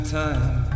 time